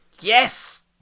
Yes